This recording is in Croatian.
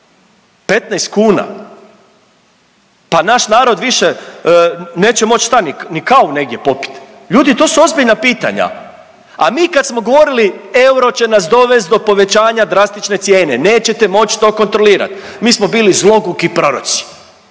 15 kuna, pa naš narod više neće moć, šta, ni kavu negdje popit. Ljudi, to su ozbiljna pitanja, a mi kad smo govorili euro će nas dovest do povećanja drastične cijene, nećete moć to kontrolirat, mi smo bili zloguki proroci,